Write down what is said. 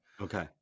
Okay